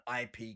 IP